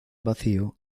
vacío